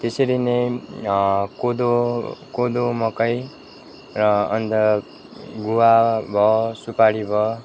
त्यसरी नै कोदो कोदो मकै र अन्त गुवा भयो सुपारी भयो